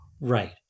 Right